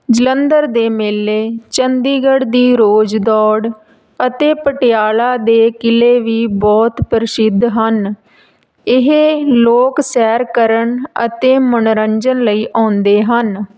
ਜਲੰਧਰ ਦੇ ਮੇਲੇ ਚੰਡੀਗੜ੍ਹ ਦੀ ਰੋਜ਼ ਦੌੜ ਅਤੇ ਪਟਿਆਲਾ ਦੇ ਕਿਲ੍ਹੇ ਵੀ ਬਹੁਤ ਪ੍ਰਸਿੱਧ ਹਨ ਇਹ ਲੋਕ ਸੈਰ ਕਰਨ ਅਤੇ ਮਨੋਰੰਜਨ ਲਈ ਆਉਂਦੇ ਹਨ